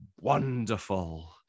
wonderful